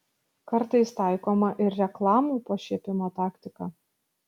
kartais taikoma ir reklamų pašiepimo taktika